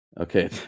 Okay